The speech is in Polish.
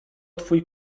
twój